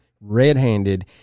red-handed